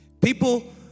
People